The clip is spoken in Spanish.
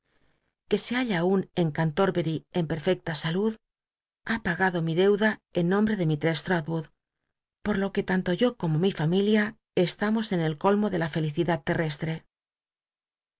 que se halla aun en cantorbery en perfecta salud ha pagado mi deuda en nombre de mis tress l't'olwood por lo que tanto yo como mr familia estamos en el colmo rle la felicidad terrestre